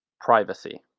Privacy